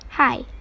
Hi